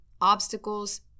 Obstacles